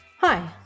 Hi